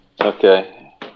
Okay